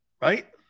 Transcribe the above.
Right